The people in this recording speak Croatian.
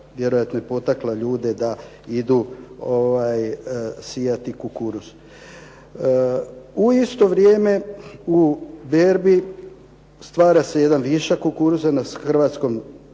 vjerojatno je potakla ljude da idu sijati kukuruz. U isto vrijeme u berbi stvara se jedan višak kukuruza na hrvatskom